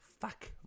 Fuck